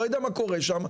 לא יודע מה קורה שם.